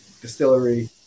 distillery